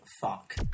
fuck